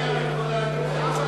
מהי המגבלה הגילאית?